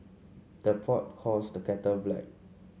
the pot calls the kettle black